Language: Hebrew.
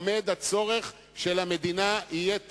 עומד הצורך שלמדינה יהיה תקציב.